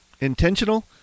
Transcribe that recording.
intentional